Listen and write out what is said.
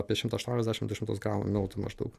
apie šimtą aštuoniasdešim du šimtus gramų miltų maždaug